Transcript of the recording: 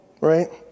right